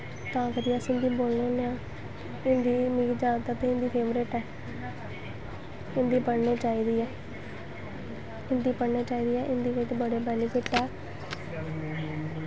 तां करियै अस हिन्दी बोलने होन्ने आं हिन्दी मिगी जादातर ते हिन्दी फेवरट ऐ हिन्दी पढ़नी चाहिदी ऐ हिन्दी पढ़नी चाहिदी ऐ हिन्दी बिच्च बड़े बैनिफिट ऐ